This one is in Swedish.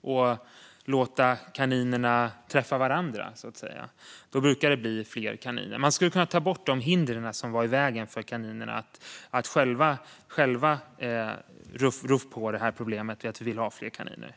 och låta kaninerna träffa varandra, så att säga - då brukar det bli fler kaniner. Man skulle kunna ta bort de hinder som står i vägen för att kaninerna själva ska rå på problemet med att man vill ha fler kaniner.